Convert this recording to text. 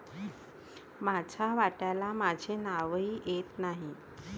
माझ्या वाट्याला माझे नावही येत नाही